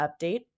update